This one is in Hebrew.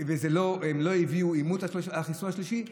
והם לא הביאו אימות לחיסון השלישי,